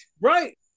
Right